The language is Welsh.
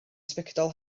sbectol